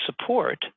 support